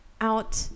out